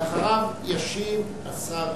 ואחריו ישיב השר הרשקוביץ.